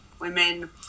women